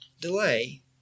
delay